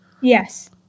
Yes